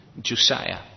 Josiah